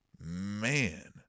man